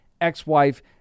ex-wife